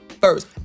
first